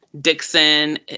Dixon